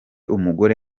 umugore